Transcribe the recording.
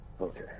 Okay